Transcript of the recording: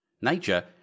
Nature